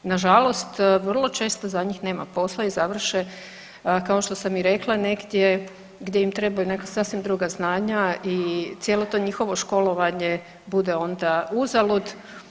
Nažalost, vrlo često za njih nema posla i završe kao što sam i rekla negdje gdje im trebaju neka sasvim druga znanja i cijelo to njihovo školovanje bude onda uzalud.